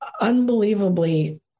unbelievably